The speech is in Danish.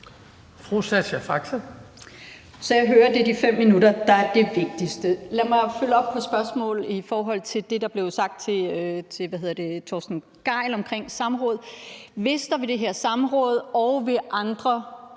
Så jeg hører, at det er de 5 minutter, der er det vigtigste. Lad mig følge op på spørgsmålet i forhold til det, der blev sagt til Torsten Gejl om samråd: Hvis der på det her samråd og ved andre